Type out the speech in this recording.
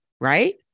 right